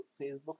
Facebook